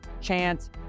chance